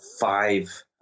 five